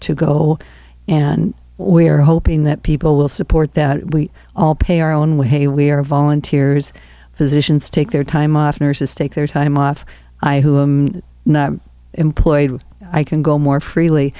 to go and we are hoping that people will support that we all pay our own way we are volunteers physicians take their time off nurses take their time off i who i'm not employed with i can go more freely